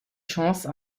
chance